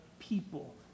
People